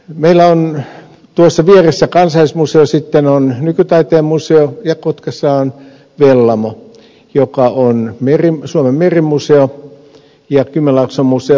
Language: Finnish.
meillä on tuossa vieressä kansallismuseo sitten on nykytaiteen museo ja kotkassa on vellamo jossa on suomen merimuseo ja kymenlaakson museo